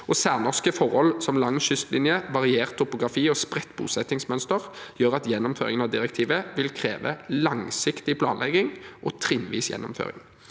Særnorske forhold – som lang kystlinje, variert topografi og spredt bosettingsmønster – gjør at gjennomføringen av direktivet vil kreve langsiktig planlegging og trinnvis gjennomføring.